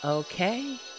Okay